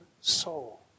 soul